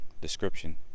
description